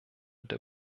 der